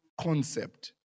concept